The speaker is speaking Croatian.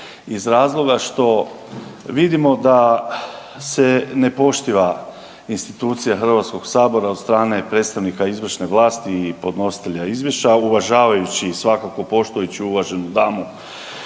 iz razloga što vidimo da se ne poštiva institucija HS od strane predstavnika izvršne vlasti i podnositelja izvješća, a uvažavajući svakako poštujuću uvaženu damu